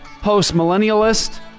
post-millennialist